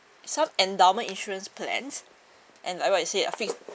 some endowment insurance plans and like what you say a fixed